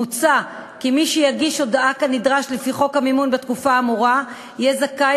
מוצע כי מי שיגיש הודעה כנדרש לפי חוק המימון בתקופה האמורה יהיה זכאי